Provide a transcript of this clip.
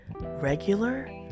regular